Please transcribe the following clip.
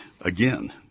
Again